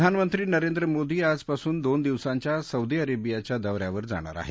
प्रधानमंत्री नरेंद्र मोदी आजपासून दोन दिवसांच्या सौदी अरेबियाच्या दौ यावर जाणार आहेत